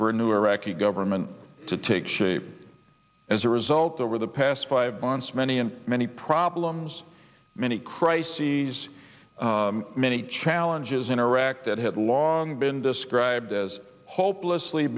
a new iraqi government to take shape as a result over the past five months many and many problems many crises many challenges in iraq that had long been described as hopelessly